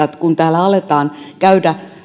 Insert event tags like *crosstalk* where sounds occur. *unintelligible* että kun täällä alettiin käydä